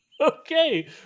Okay